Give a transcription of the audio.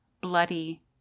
bloody